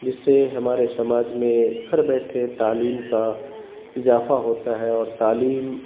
جس سے ہمارے سماج میں گھر بیٹھے تعلیم کا اضافہ ہوتا ہے اور تعلیم